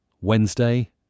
Wednesday